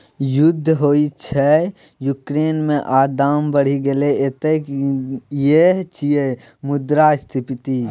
युद्ध होइ छै युक्रेन मे आ दाम बढ़ि गेलै एतय यैह छियै मुद्रास्फीति